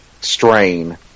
strain